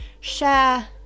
share